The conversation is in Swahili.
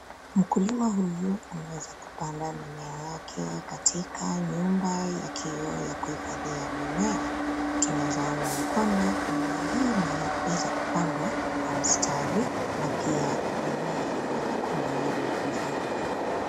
Mkulima huyu, ameweza kupanda mimea yake katika nyumba ya kioo ya kuhifadhia mimea, tunaweza ona ya kwamba, mimea hii imeweza kupandwa, kwa mstari, na pia, mimea imeweza kunawiri vyema.